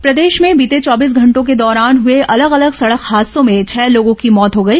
दुर्घटना प्रदेश में बीते चौबीस घंटों के दौरान हुए अलग अलग सड़क हादसों में छह लोगों की मौत हो गई